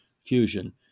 fusion